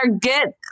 get